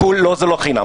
לא, זה לא בחינם.